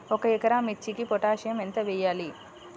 ఒక ఎకరా మిర్చీకి పొటాషియం ఎంత వెయ్యాలి?